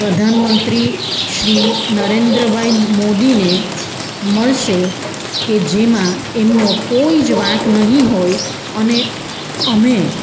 પ્રધાન મંત્રી શ્રી નરેન્દ્ર ભાઈ મોદીને મળશે કે જેમાં એમનો કોઈ જ વાંક નહીં હોય અને અમે